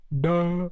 duh